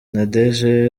nadege